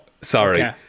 Sorry